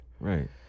Right